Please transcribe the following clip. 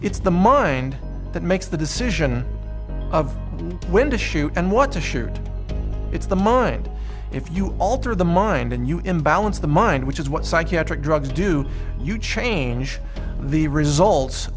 it's the mind that makes the decision of when to shoot and what to shoot it's the mind if you alter the mind and you imbalance the mind which is what psychiatric drugs do you change the results